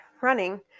running